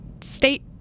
state